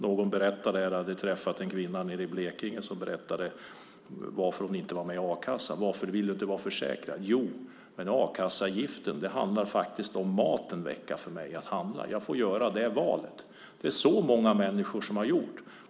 En kvinna i Blekinge berättade varför hon inte var med i a-kassan. Varför ville hon inte vara försäkrad? Jo, a-kasseavgiften handlade om en veckas mat för henne. Hon fick göra det valet. Det är så många har gjort.